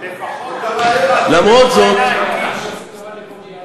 זאת הבעיה היחידה.